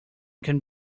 can